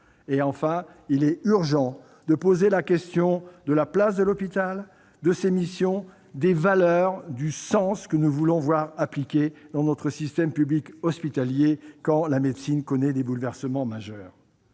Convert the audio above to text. Il est urgent de poser la question de la place de l'hôpital, de ses missions, des valeurs et du sens que nous souhaitons voir inspirer notre système public hospitalier quand la médecine connaît des bouleversements majeurs.